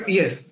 yes